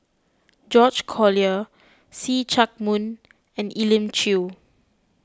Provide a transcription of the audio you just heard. George Collyer See Chak Mun and Elim Chew